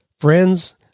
friends